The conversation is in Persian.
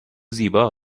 زیبا